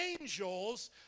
angels